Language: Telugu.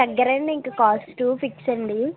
తగ్గరండి ఇక కాస్ట్ ఫిక్స్ అండి